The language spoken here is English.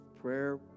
Prayer